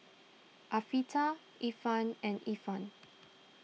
Afiqah Irfan and Irfan